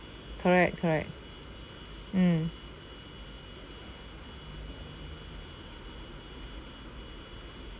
correct correct mm